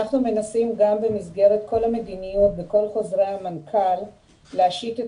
אנחנו מנסים גם במסגרת כל המדיניות בכל חוזרי המנכ"ל להשית את